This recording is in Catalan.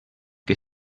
que